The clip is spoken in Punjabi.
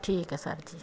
ਠੀਕ ਹੈ ਸਰ ਜੀ